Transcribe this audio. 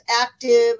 active